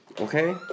Okay